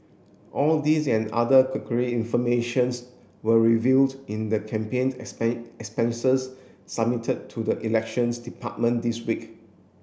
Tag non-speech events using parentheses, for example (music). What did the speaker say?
all these and other (unintelligible) informations were revealed in the campaigned (unintelligible) expenses submitted to the Elections Department this week